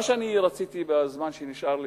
מה שרציתי בזמן שנשאר לי,